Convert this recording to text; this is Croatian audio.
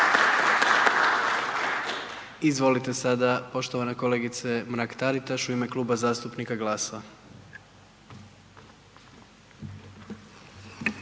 Izvolite sada poštovana kolegice Mrak-Taritaš u ime Kluba zastupnika GLAS-a.